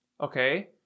Okay